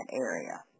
area